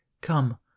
Come